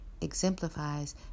exemplifies